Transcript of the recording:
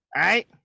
right